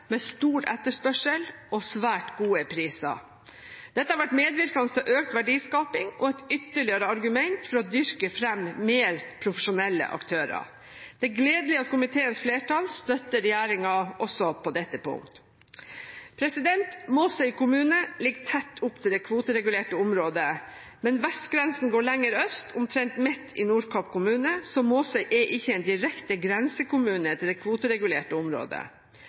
med stor etterspørsel og svært gode priser. Dette har vært medvirkende til økt verdiskaping og er et ytterligere argument for å dyrke fram mer profesjonelle aktører. Det er gledelig at komiteens flertall støtter regjeringen også på dette punktet. Måsøy kommune ligger tett opp til det kvoteregulerte området, men vestgrensen går lenger øst, omtrent midt i Nordkapp kommune, så Måsøy er ikke en direkte grensekommune til det kvoteregulerte området.